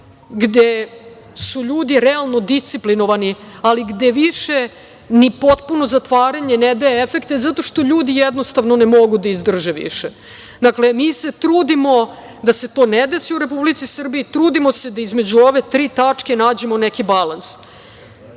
gde su ljudi realno disciplinovani, ali gde više ni potpuno zatvaranje ne daje efekte zato što ljudi jednostavno ne mogu da izdrže više. Dakle, mi se trudimo da se to ne desi u Republici Srbiji, trudimo se da između ove tri tačke nađemo neki balans. Imam